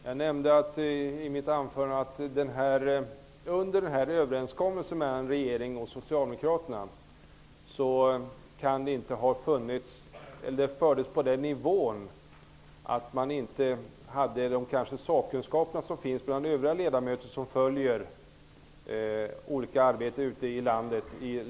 Herr talman! Jag nämnde i mitt anförande att den sakkunskap som finns bland de ledamöter som följer arbetet ute i landet och i länsstyrelserna inte fanns att tillgå då överenskommelsen mellan regeringen och Socialdemokraterna slöts.